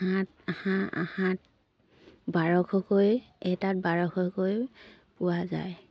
হাঁহত হাঁহত বাৰশকৈ এটাত বাৰশকৈ পোৱা যায়